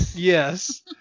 Yes